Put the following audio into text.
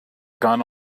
gun